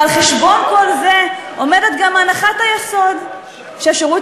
ועל חשבון כל זה עומדת גם הנחת היסוד שהשירות